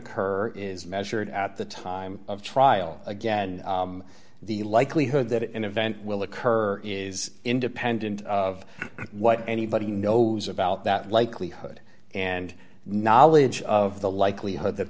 occur is measured at the time of trial again the likelihood that an event will occur is independent of what anybody knows about that likelihood and knowledge of the likelihood that